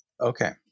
Okay